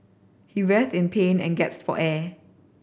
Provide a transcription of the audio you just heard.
he writhed in pain and gasped for air